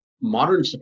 modern